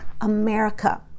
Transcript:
America